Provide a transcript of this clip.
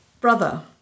brother